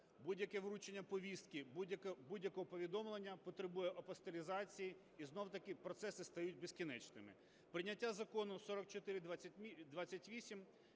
будь-яке вручення повістки, будь-якого повідомлення потребує апостилізації, і знов-таки процеси стають безкінечними. Прийняття Закону 4428